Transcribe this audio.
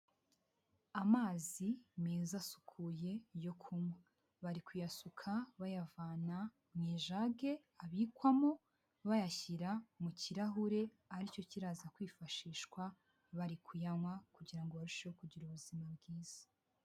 Amazi meza asukuye yo kunywa bari kuyasuka bayavana mu ijage abikwamo bayashyira mu kirahure aricyo kiraza kwifashishwa bari kuyanywa kugira ngo barusheho kugira ubuzima bwiza.